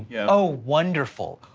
yeah oh, wonderful,